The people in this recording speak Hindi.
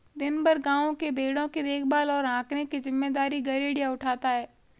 दिन भर गाँव के भेंड़ों की देखभाल और हाँकने की जिम्मेदारी गरेड़िया उठाता है